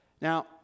Now